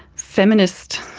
feminist